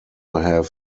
have